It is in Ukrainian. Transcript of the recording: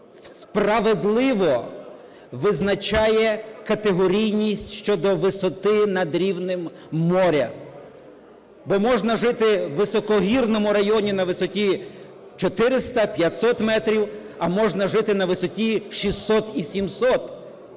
справедливо визначає категорійність щодо висоти над рівнем морем. Бо можна жити в високогірному районі на висоті 400, 500 метрів, а можна жити на висоті 600 і